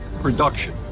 production